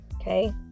okay